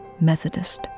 Methodist